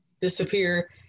disappear